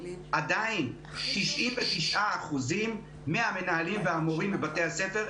עדיין 99% מהמנהלים והמורים בבתי הספר,